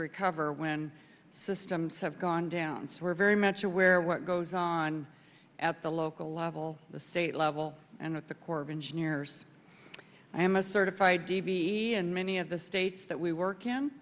recover when systems have gone down so we're very much aware what goes on at the local level the state level and with the corps of engineers i am a certified d v e and many of the states that we work in